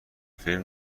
فیلم